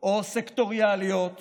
או סקטוריאליות